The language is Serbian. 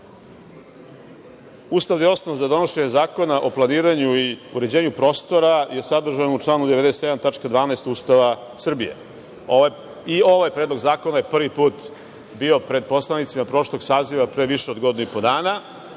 Ustavni osnov za donošenje zakona o planiranju i uređenju prostora je sadržan u članu 97. tačka 12. Ustava Srbije. Ovaj predlog zakona je prvi put bio pred poslanicima prošlog saziva pre više od godinu i po dana,